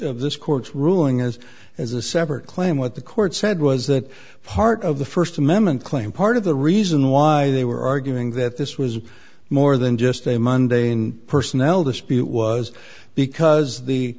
this court's ruling is as a separate claim what the court said was that part of the first amendment claim part of the reason why they were arguing that this was more than just a monday in personnel dispute was because the